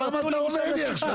אבל למה אתה עונה לי עכשיו?